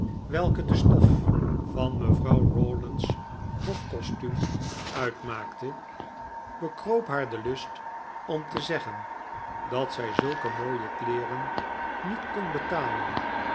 welke de stof van mevrouw rawdon's hofkostuum uitmaakte bekroop haar de lust om te zeggen dat zij zulke mooie kleeren niet kon betalen